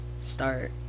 start